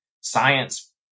science